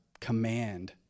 command